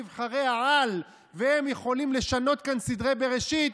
נבחרי-העל והם יכולים לשנות כאן סדרי בראשית,